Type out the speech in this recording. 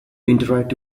interact